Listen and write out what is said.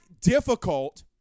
difficult